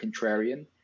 contrarian